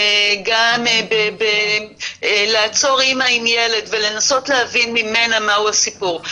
גם לעצור אימא עם ילד ולנסות להבין ממנה מה הוא הסיפור.